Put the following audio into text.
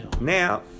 Now